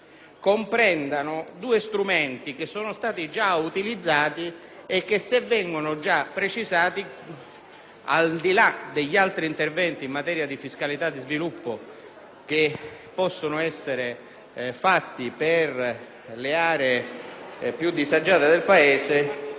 comprendano due strumenti che sono stati già utilizzati e che, se precisati, al di là degli altri interventi in materia di fiscalità di sviluppo che possono essere adottati per le aree più disagiate del Paese,